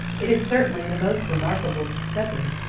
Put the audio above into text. it is certainly the most remarkable discovery.